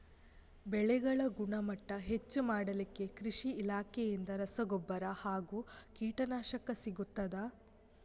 ಬೆಳೆಗಳ ಗುಣಮಟ್ಟ ಹೆಚ್ಚು ಮಾಡಲಿಕ್ಕೆ ಕೃಷಿ ಇಲಾಖೆಯಿಂದ ರಸಗೊಬ್ಬರ ಹಾಗೂ ಕೀಟನಾಶಕ ಸಿಗುತ್ತದಾ?